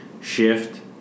shift